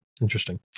interesting